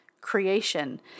creation